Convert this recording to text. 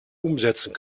umsetzen